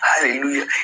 hallelujah